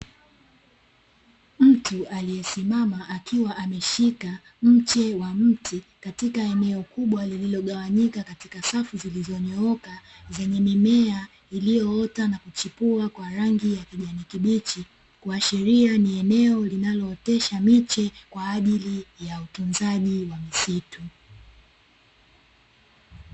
Mtu aliyesimama, akiwa ameshika mche wa mti katika eneo kubwa lililogawanyika katika safu zilizonyooka, zenye mimea iliyoota na kuchipua kwa rangi ya kijani kibichi, kuashiria ni eneo linalootesha miche kwa ajili ya utunzaji wa misitu.